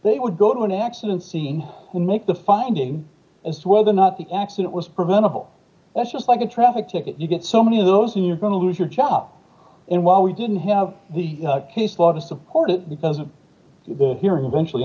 they would go to an accident scene to make the finding as whether or not the accident was preventable that's just like a traffic ticket you get so many of those and you're going to lose your job and well we didn't have the case for to support it because the hearing eventually